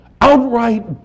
outright